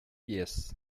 yes